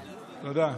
תודה.